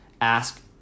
Ask